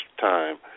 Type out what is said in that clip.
time